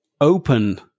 open